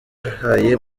yahaye